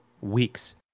weeks